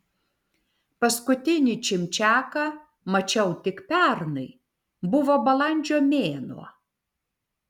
paskutinį čimčiaką mačiau tik pernai buvo balandžio mėnuo